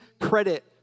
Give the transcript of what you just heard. credit